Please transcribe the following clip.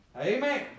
amen